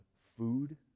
food